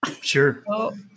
Sure